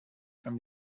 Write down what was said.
from